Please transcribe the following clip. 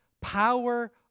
power